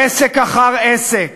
עסק אחר עסק.